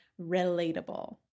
relatable